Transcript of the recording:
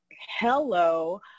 hello